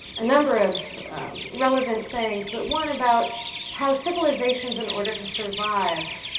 a number of relevant things, but one about how civilizations, in order to survive,